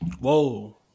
Whoa